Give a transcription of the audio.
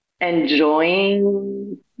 enjoying